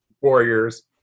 Warriors